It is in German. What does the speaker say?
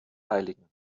heiligen